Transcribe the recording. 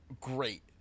great